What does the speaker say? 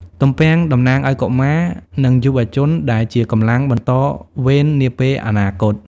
ទំពាំងតំណាងឱ្យកុមារ និងយុវជន ដែលជាកម្លាំងបន្តវេននាពេលអនាគត។